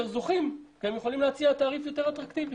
זוכים והם יכולים להציע תעריף יותר אטרקטיבי.